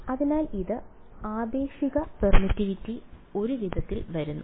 അതിനാൽ ഇത് ആപേക്ഷിക പെർമിറ്റിവിറ്റി ഒരു വിധത്തിൽ വരുന്നു